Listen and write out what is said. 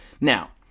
Now